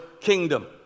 kingdom